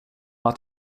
att